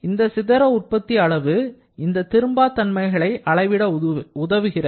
இந்த சிதற உற்பத்தி அளவு இந்த திரும்பா தன்மைகளை அளவிட உதவுகிறது